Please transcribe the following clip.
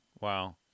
Wow